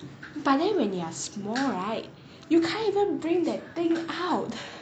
but then when you are small right you can't even bring that thing out